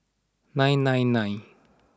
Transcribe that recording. nine nine nine